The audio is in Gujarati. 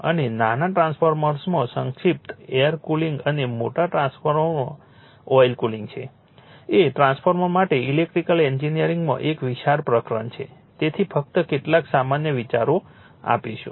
અને નાના ટ્રાન્સફોર્મર્સમાં સંક્ષિપ્ત એર કુલિંગ અને મોટા ટ્રાન્સફોર્મરમાં ઓઇલ કુલિંગ છે એ ટ્રાન્સફોર્મર્સ માટે ઇલેક્ટ્રિકલ એન્જિનિયરિંગમાં એક વિશાળ પ્રકરણ છે તેથી ફક્ત કેટલાક સામાન્ય વિચારો આપીશું